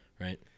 Right